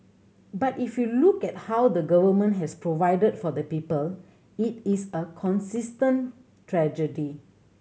but if you look at how the Government has provided for the people it is a consistent strategy